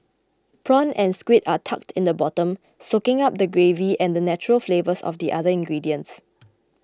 prawn and squid are tucked in the bottom soaking up the gravy and the natural flavours of the other ingredients